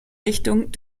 richtung